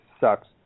sucks